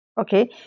okay